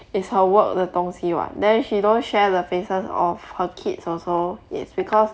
it's her work 的东西 [what] then she don't share the faces of her kids also it's because